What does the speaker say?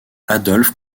adolphe